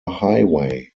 highway